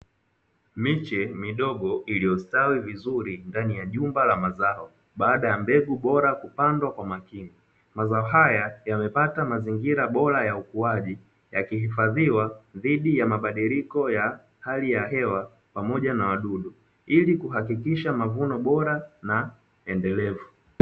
Miche midogo iliyostawi vizuri ndani ya jumba la mazao baada ya mbegu bora kupandwa kwa makini, mazao haya yamepata mazingira bora ya ukuaji yakihifadhiwa dhidi ya mabadiliko ya hali ya hewa pamoja na wadudu ili kuhakikisha mavuno bora na endelevu.